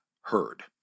heard